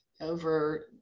Over